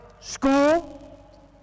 School